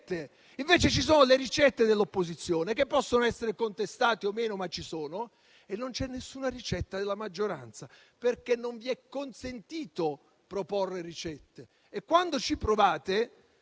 Invece, ci sono le ricette dell'opposizione, che possono essere contestate o no, ma ci sono, e non c'è alcuna ricetta della maggioranza. Non vi è consentito proporre ricette e quando ci provate,